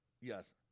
yes